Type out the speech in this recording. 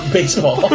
Baseball